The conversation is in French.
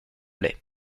lait